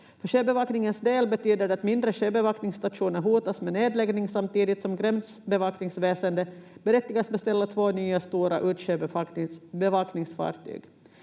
sjöbevakningens del betyder det att mindre sjöbevakningsstationer hotas med nedläggning samtidigt som Gränsbevakningsväsendet berättigas beställa två nya stora utsjöbevakningsfartyg.